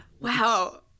Wow